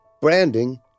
branding